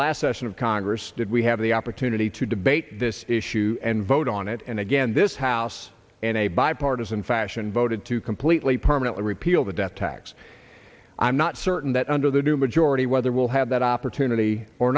last session of congress did we have the opportunity to debate this issue and vote on it and again this house in a bipartisan fashion voted to completely permanently repeal the death tax i'm not certain that under the new majority whether we'll have that opportunity or